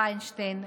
ויינשטיין,